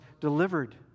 delivered